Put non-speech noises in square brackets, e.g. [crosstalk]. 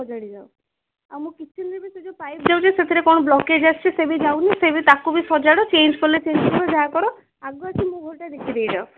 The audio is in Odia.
ସଜାଡ଼ି ଯାଅ ଆଉ ମୋ କିଚେନ୍ରେ ବି ସେ ଯେଉଁ ପାଇପ୍ ଯାଉଛି ସେଥିରେ କ'ଣ ବ୍ଲକେଜ୍ ଅଛି ସେ ବି ଯାଉନି ସେ ବି ତାକୁ ବି ସଜାଡ଼ ଚେଞ୍ଜ କଲେ [unintelligible] ଯାହା କର ଆଗ ଆସି ମୁହଁଟା ଦେଖାଇ ଦେଇଯାଅ